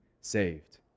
saved